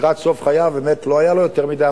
ולקראת סוף חייו באמת לא היה לו יותר מדי,